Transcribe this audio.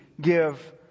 give